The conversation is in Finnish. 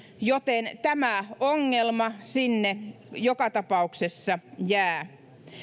joten tämä ongelma sinne joka tapauksessa jää